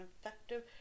effective